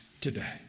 today